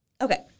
Okay